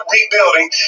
Rebuilding